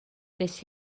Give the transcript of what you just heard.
nes